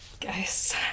Guys